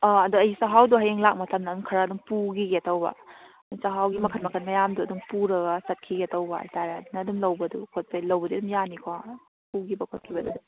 ꯑꯣ ꯑꯗꯣ ꯑꯩ ꯆꯥꯛꯍꯥꯎꯗꯣ ꯍꯌꯦꯡ ꯂꯥꯛ ꯃꯇꯝꯗ ꯑꯗꯨꯝ ꯈꯔ ꯑꯗꯨꯝ ꯄꯨꯈꯤꯒꯦ ꯇꯧꯕ ꯆꯥꯛꯍꯥꯎꯒꯤ ꯃꯈꯟ ꯃꯈꯟ ꯃꯌꯥꯝꯗꯨ ꯑꯗꯨꯝ ꯄꯨꯔꯒ ꯆꯠꯈꯤꯒꯦ ꯇꯧꯕ ꯍꯥꯏꯇꯥꯔꯦ ꯑꯗꯨꯅ ꯑꯗꯨꯝ ꯂꯧꯕꯗꯨ ꯈꯣꯠꯄꯩ ꯂꯧꯕꯗꯤ ꯑꯗꯨꯝ ꯌꯥꯅꯤꯀꯣ ꯄꯨꯈꯤꯕ ꯈꯣꯠꯈꯤꯕ